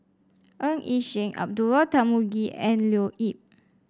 Ng Yi Sheng Abdullah Tarmugi and Leo Yip